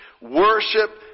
worship